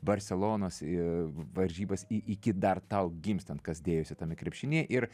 barselonos ee varžybas į iki dar tau gimstant kas dėjosi tame krepšinyje ir